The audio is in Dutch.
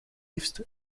liefst